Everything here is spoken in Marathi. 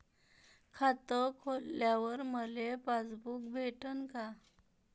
खातं खोलल्यावर मले पासबुक भेटन का?